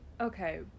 Okay